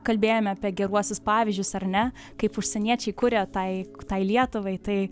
kalbėjome apie geruosius pavyzdžius ar ne kaip užsieniečiai kuria tai tai lietuvai tai